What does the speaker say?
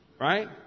right